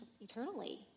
eternally